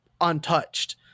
untouched